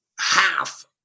half